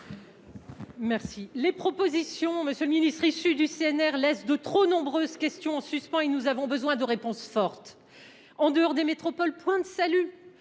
les propositions issues du CNR laissent de trop nombreuses questions en suspens et nous avons besoin de réponses fortes. En dehors des métropoles, point de salut